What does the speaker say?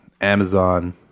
Amazon